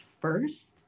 first